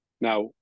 Now